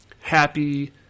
happy